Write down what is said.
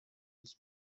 his